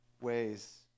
ways